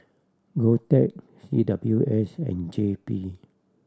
GovTech C W S and J P